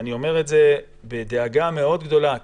אני אומר את זה בדאגה גדולה מאוד,